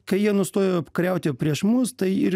kai jie nustojo kariauti prieš mus tai ir